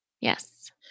Yes